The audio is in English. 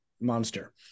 monster